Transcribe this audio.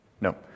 no